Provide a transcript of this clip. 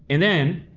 and then,